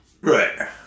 Right